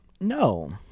No